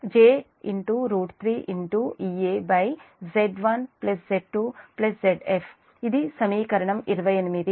ఇది సమీకరణం 28